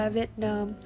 Vietnam